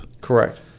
Correct